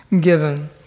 given